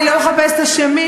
אני לא מחפשת אשמים,